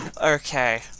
Okay